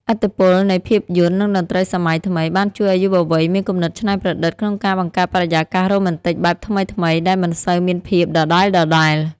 ឥទ្ធិពលនៃភាពយន្ត និងតន្ត្រីសម័យថ្មី បានជួយឱ្យយុវវ័យមានគំនិតច្នៃប្រឌិតក្នុងការបង្កើតបរិយាកាសរ៉ូម៉ែនទិកបែបថ្មីៗដែលមិនសូវមានភាពដដែលៗ។